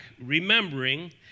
remembering